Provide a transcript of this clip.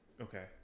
Okay